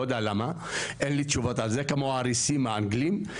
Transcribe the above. כמו האריסים האנגלים,